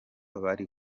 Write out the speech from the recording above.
bari